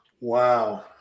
Wow